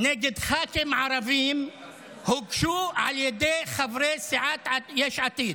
נגד ח"כים ערבים הוגשו על ידי חברי סיעת יש עתיד.